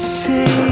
say